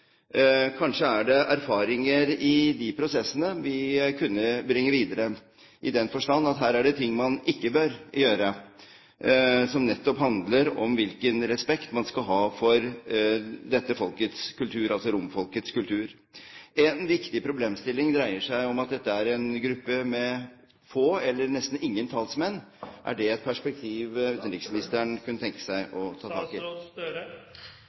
Kanskje er det erfaringer i de prosessene vi kunne bringe videre, i den forstand at her er det ting man ikke bør gjøre, som nettopp handler om hvilken respekt man skal ha for romfolkets kultur. En viktig problemstilling dreier seg om at dette er en gruppe med få eller nesten ingen talsmenn. Er det et perspektiv utenriksministeren kunne tenke seg å ta tak i?